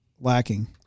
lacking